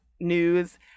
news